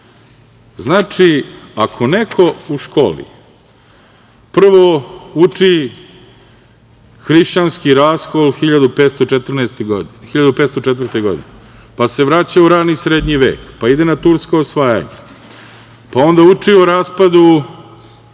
ako neko u školi prvo uči hrišćanski raskol 1504. godine, pa se vraća u rani srednji vek, pa ide na turska osvajanja, pa onda uči o raspadu